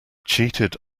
cheated